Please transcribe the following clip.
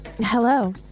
Hello